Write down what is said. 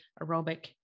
aerobic